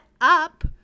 up